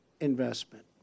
investment